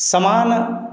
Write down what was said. समान